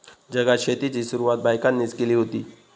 जगात शेतीची सुरवात बायकांनीच केली हुती